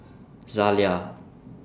Zalia